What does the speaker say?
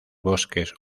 bosques